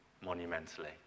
monumentally